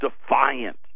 defiant